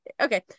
Okay